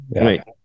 Right